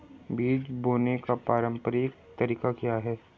बीज बोने का पारंपरिक तरीका क्या है?